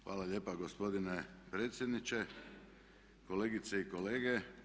Hvala lijepa gospodine predsjedniče, kolegice i kolege.